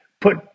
put